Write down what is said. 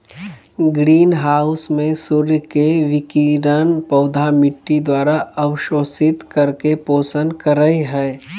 green house में सूर्य के विकिरण पौधा मिट्टी द्वारा अवशोषित करके पोषण करई हई